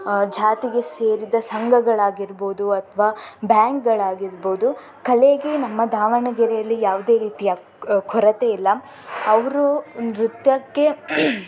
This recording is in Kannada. ಜಾತಿಗೆ ಸೇರಿದ ಸಂಘಗಳಾಗಿರ್ಬೋದು ಅಥವಾ ಬ್ಯಾಂಕ್ಗಳಾಗಿರ್ಬೋದು ಕಲೆಗೆ ನಮ್ಮ ದಾವಣಗೆರೆಯಲ್ಲಿ ಯಾವುದೇ ರೀತಿಯ ಕೊರತೆಯಿಲ್ಲ ಅವರು ನೃತ್ಯಕ್ಕೆ